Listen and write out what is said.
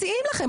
מציעים לכם,